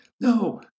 No